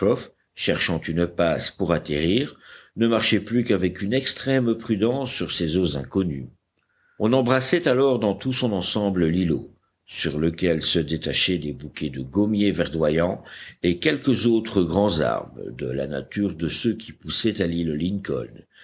cherchant une passe pour atterrir ne marchait plus qu'avec une extrême prudence sur ces eaux inconnues on embrassait alors dans tout son ensemble l'îlot sur lequel se détachaient des bouquets de gommiers verdoyants et quelques autres grands arbres de la nature de ceux qui poussaient à l'île lincoln